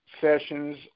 sessions